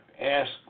ask